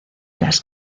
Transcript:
las